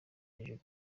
hejuru